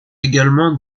également